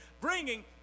Bringing